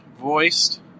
voiced